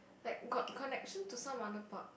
like got connection to some other park